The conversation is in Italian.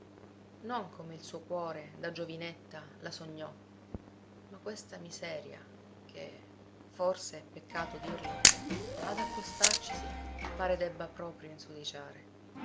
non come il suo cuore da giovinetta la sognò ma questa miseria che forse è peccato dirlo ad accostarcisi pare debba proprio insudiciare